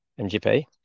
MGP